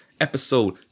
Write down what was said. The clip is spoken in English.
episode